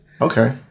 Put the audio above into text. Okay